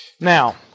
Now